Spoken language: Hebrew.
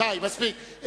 שי, מספיק.